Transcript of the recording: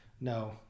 No